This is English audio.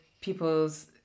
people's